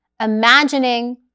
Imagining